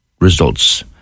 results